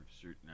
certain